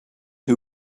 who